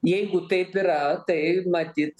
jeigu taip yra tai matyt